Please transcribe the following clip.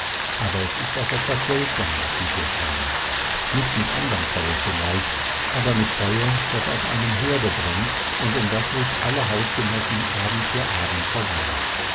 aber es ist auch etwas seltsames mit dem feuer nicht mit anderm feuer vielleicht aber mit feuer das auf einem herde brennt und um das sich alle hausgenossen abend für abend versammeln